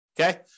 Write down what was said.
Okay